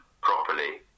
properly